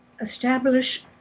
establish